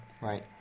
Right